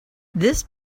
this